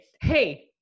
Hey